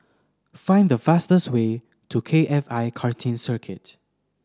find the fastest way to K F I Karting Circuit